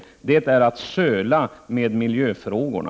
Där handlar det om att söla med miljöfrågorna.